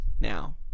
Now